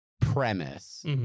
premise